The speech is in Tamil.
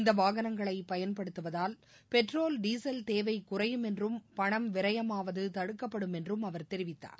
இந்த ாகனங்களை பயன்படுத்துவதால் பெட்ரோல் டீசல் தேவை குறையும் என்றும் பணம் விரையமாவது தடுக்கப்படும் என்றும் தி அவர் தெரிவித்தார்